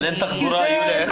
אין תחבורה, יוליה.